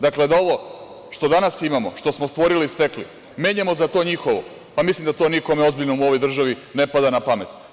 Dakle, da ovo što danas imamo, što smo stvorili, što smo stekli, menjamo za to njihovo, mislim da to nikome ozbiljnom u ovoj državi ne pada na pamet.